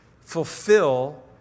fulfill